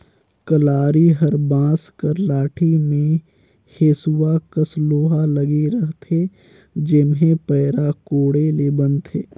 कलारी हर बांस कर लाठी मे हेसुवा कस लोहा लगे रहथे जेम्हे पैरा कोड़े ले बनथे